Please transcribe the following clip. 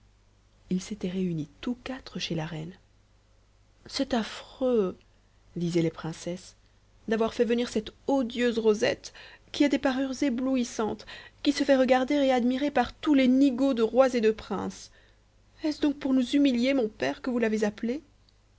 ils s'étaient réunis tous quatre chez la reine c'est affreux disaient les princesses d'avoir fait venir cette odieuse rosette qui a des parures éblouissantes qui se fait regarder et admirer par tous les nigauds de rois et de princes est-ce donc pour nous humilier mon père que vous l'avez appelée